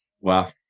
Wow